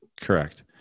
Correct